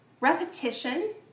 repetition